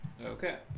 Okay